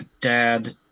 Dad